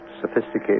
sophisticated